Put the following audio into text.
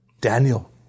Daniel